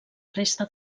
resta